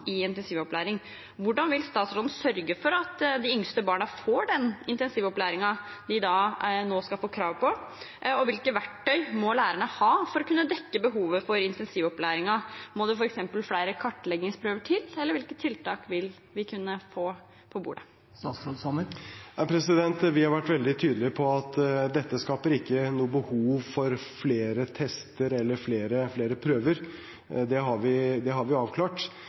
i intensivopplæring, hvordan vil statsråden sørge for at de yngste barna får den intensivopplæringen de nå skal få krav på, og hvilke verktøy må lærerne ha for å kunne dekke behovet for intensivopplæringen? Må det f.eks. flere kartleggingsprøver til? Hvilke tiltak vil vi kunne få på bordet? Vi har vært veldig tydelige på at dette ikke skaper noe behov for flere tester eller flere prøver. Det har vi avklart. Jeg har